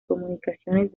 comunicaciones